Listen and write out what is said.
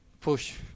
Push